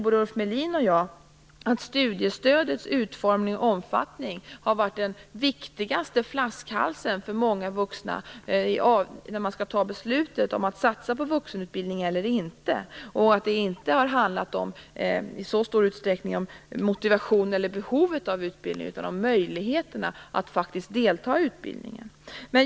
Både Ulf Melin och jag vet att studiestödets utformning och omfattning har varit den viktigaste flaskhalsen för många vuxna när det gällt att fatta beslut om man skall satsa på vuxenutbildning eller inte. Det har inte i särskilt stor utsträckning handlat om motivation eller behov av utbildning. I stället har det handlat om möjligheterna att faktiskt delta i utbildning.